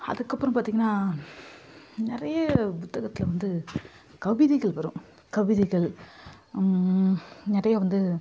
அதுக்கப்புறம் பார்த்திங்கனா நிறைய புத்தகத்தில் வந்து கவிதைகள் வரும் கவிதைகள் நிறையா வந்து